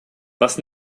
was